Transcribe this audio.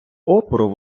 опору